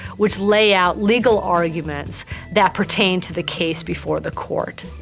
which lay out legal arguments that pertain to the case before the court.